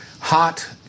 hot